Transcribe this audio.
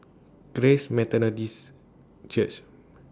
Grace Methodist Church